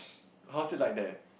how's it like there